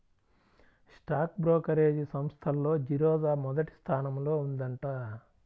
stock brokerage సంస్థల్లో జిరోదా మొదటి స్థానంలో ఉందంట